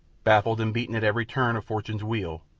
baffled and beaten at every turn of fortune's wheel,